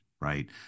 right